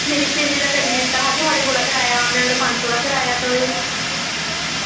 मेरी स्हेली दा करी दित्ता हा थुआढ़े कोला कराया उन्नै उ'नें पंज सौ दा कराया तुसें